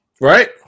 right